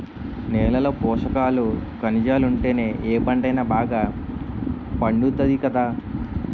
నేలలో పోసకాలు, కనిజాలుంటేనే ఏ పంటైనా బాగా పండుతాది కదా